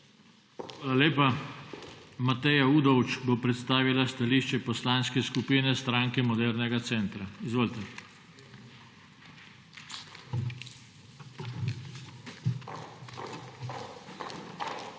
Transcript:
Hvala lepa. Mateja Udovč bo predstavila stališče Poslanske skupine Stranke modernega centra. Izvolite. **MATEJA